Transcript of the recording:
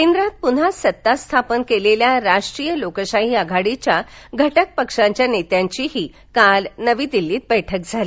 केंद्रात पुन्हा सत्ता स्थापन केलेल्या राष्ट्रीय लोकशाही आघाडीच्या घटक पक्षाच्या नेत्यांचीही काल नवी दिल्लीत बैठक झाली